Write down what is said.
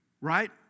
right